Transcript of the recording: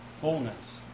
fullness